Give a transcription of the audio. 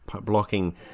blocking